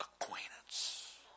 acquaintance